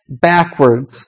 backwards